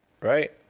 Right